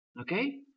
Okay